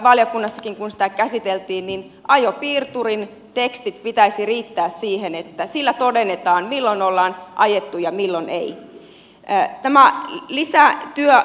valiokunnassakin kun sitä käsiteltiin todettiin että ajopiirturin tekstin pitäisi riittää siihen että sillä todennetaan milloin on ajettu ja milloin ei